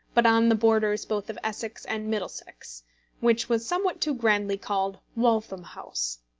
but on the borders both of essex and middlesex which was somewhat too grandly called waltham house.